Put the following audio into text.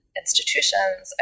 institutions